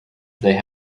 they